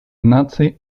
nazi